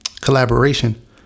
collaboration